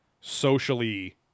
socially